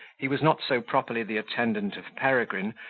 he was not so properly the attendant of peregrine,